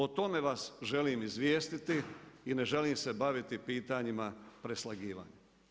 O tome vas želim izvijestiti i ne želim se baviti pitanjima preslagivanja.